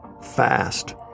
fast